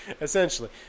essentially